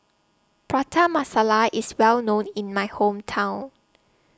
Prata Masala IS Well known in My Hometown